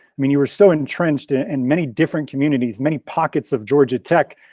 i mean you were so entrenched in and many different communities, many pockets of georgia tech.